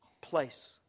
place